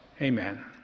amen